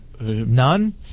none